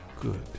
Good